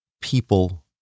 people